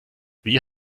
wie